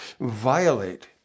violate